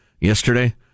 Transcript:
yesterday